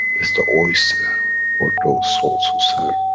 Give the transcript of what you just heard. is the oyster for those souls who serve,